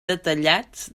detallats